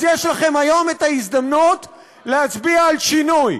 אז יש לכם היום את ההזדמנות להצביע על שינוי.